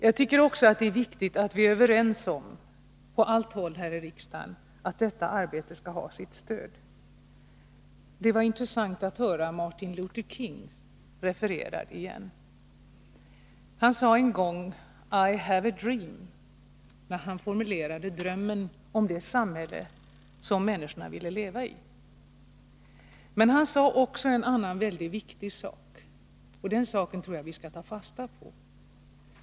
Det är också viktigt att vi på alla håll här i riksdagen är överens om att detta arbete skall ha sitt stöd. Det var intressant att höra Martin Luther King refereras igen. Han sade en gång: ”I have a dream,” när han formulerade drömmen om det samhälle som människorna ville leva i. Men han sade också en annan mycket viktigt sak, och det tror jag att vi skall ta fasta på.